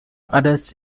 others